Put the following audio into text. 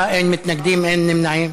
בעד, 27, אין מתנגדים, אין נמנעים.